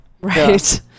Right